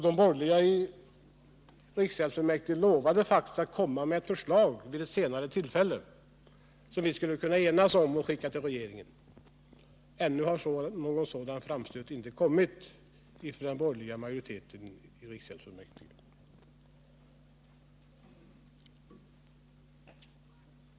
De borgerliga ledamöterna i riksgäldsfullmäktige lovade faktiskt att vid ett senare tillfälle komma med ett förslag som vi skulle kunna enas om att skicka till regeringen. Ännu har någon sådan framstöt inte kommit från den borgerliga majoriteten i riksgäldsfullmäktige.